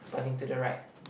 pointing to the right